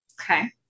Okay